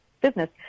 business